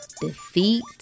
defeat